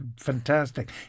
fantastic